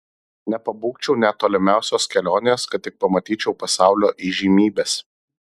nepabūgčiau net tolimiausios kelionės kad tik pamatyčiau pasaulio įžymybes